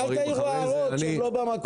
אל תעירו הערות שהן לא במקום.